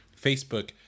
Facebook